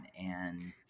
And-